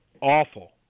awful